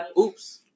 oops